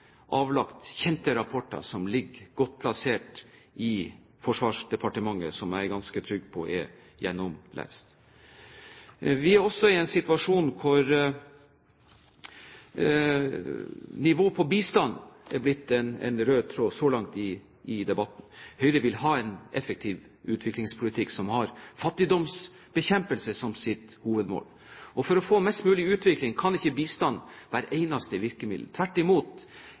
avlagt kjente rapporter som ligger godt plassert i Forsvarsdepartementet, og som jeg er ganske trygg på er gjennomlest. Vi er også i en situasjon hvor nivået på bistanden er blitt en rød tråd så langt i debatten. Høyre vil ha en effektiv utviklingspolitikk som har fattigdomsbekjempelse som sitt hovedmål. For å få mest mulig utvikling kan ikke bistand være det eneste virkemiddelet. Tvert imot